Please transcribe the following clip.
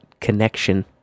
connection